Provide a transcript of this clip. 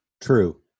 True